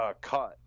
cut